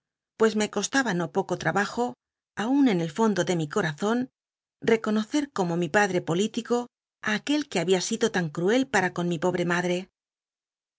pues me costaba no poco trabajo aun en el fondo de mi corazon reconocer como mi padre político i aquel que babia sido tan cruel p ua con mi pobre madre